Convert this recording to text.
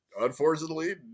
unfortunately